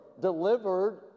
delivered